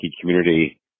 community